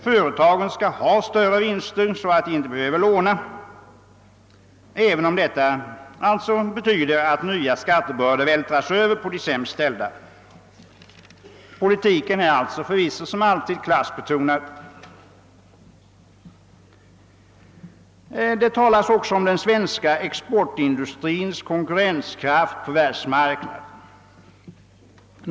Företagen skall ha större vinster så att de inte behöver låna, även om detta betyder att nya skattebördor vältras över på de sämst ställda. Politiken är förvisso som alltid klassbetonad. Det talas också om den svenska exportindustrins konkurrenskraft på världsmarknaden.